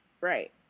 right